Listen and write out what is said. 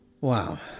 wow